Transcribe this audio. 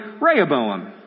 Rehoboam